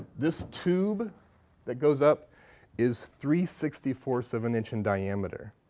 this tube that goes up is three sixty four of an inch in diameter.